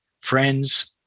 Friends